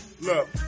Look